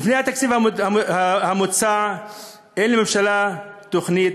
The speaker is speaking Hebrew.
לפי התקציב המוצע אין לממשלה תוכנית,